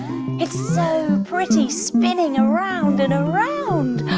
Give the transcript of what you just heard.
it's so pretty, spinning around and around,